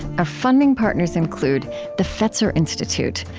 our funding partners include the fetzer institute,